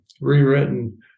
rewritten